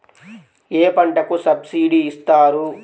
ఏ పంటకు సబ్సిడీ ఇస్తారు?